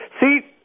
See